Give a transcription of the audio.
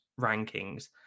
rankings